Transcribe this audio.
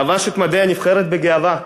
לבש את מדי הנבחרת בגאווה.